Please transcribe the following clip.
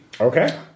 Okay